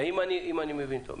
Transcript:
אם אני מבין טוב.